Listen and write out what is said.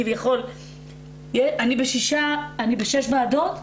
אני בשש ועדות,